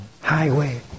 highway